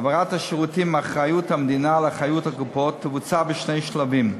העברת השירותים מאחריות המדינה לאחריות הקופות תיעשה בשני שלבים: